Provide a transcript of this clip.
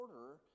order